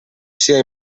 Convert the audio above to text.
sia